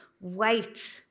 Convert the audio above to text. wait